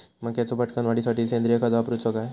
मक्याचो पटकन वाढीसाठी सेंद्रिय खत वापरूचो काय?